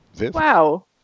Wow